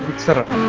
but set up